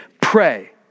Pray